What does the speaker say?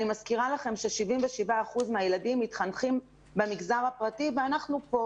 אני מזכירה לכם ש-77 אחוזים מהילדים מתחנכים במגזר הפרטי ואנחנו כאן.